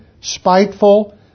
spiteful